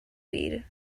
weed